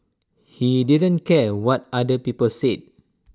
he didn't care what other people said